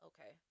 Okay